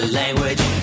language